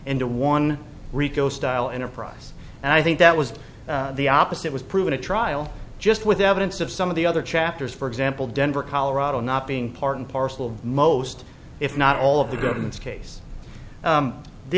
into one rico style enterprise and i think that was the opposite was proven a trial just with evidence of some of the other chapters for example denver colorado not being part and parcel of most if not all of the government's case